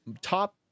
top